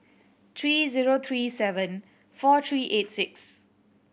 three zero three seven four three eight six